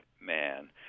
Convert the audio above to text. man